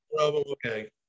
Okay